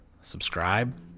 Subscribe